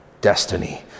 destiny